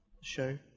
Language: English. show